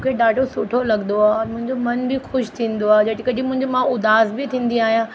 मूंखे ॾाढो सुठो लॻंदो आहे औरि मुंहिंजो मन बि ख़ुशि थींदो आहे जॾहिं कॾहिं मां उदास बि थींदी आहियां